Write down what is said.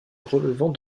relevant